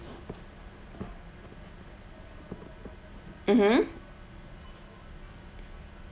mmhmm